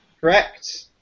Correct